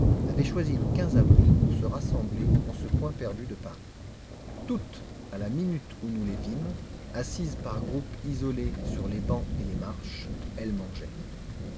avaient choisi le avril pour se rassembler en ce coin perdu de paris toutes à la minute où nous les vîmes assises par groupes isolés sur les bancs et les marches elles mangeaient